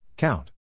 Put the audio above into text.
Count